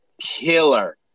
killer